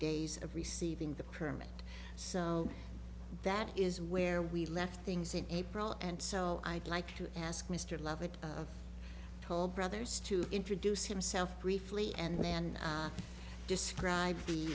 days of receiving the permit so that is where we left things in april and so i'd like to ask mr lovett toll brothers to introduce himself briefly and then describe the